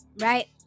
right